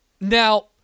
Now –